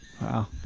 wow